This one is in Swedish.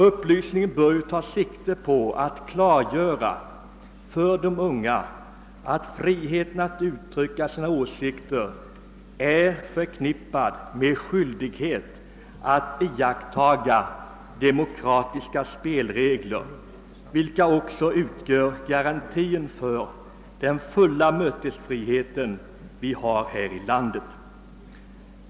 Upplysningen bör ju ta sikte på att klargöra för de unga, att friheten att uttrycka sina åsikter är förknippad med skyldighet att iaktta demokratiska spelregler, vilka också utgör garantin för den fulla mötesfrihet vi har här i landet.